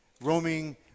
roaming